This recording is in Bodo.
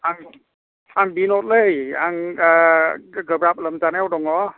आं बिन'दलै आं ओ एसे गोब्राब लोमजानायाव दङ